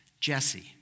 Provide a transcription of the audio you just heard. Jesse